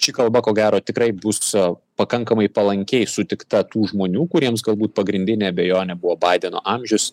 ši kalba ko gero tikrai bus su pakankamai palankiai sutikta tų žmonių kuriems galbūt pagrindinė abejonė buvo baideno amžius